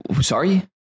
Sorry